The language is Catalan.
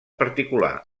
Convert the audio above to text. particular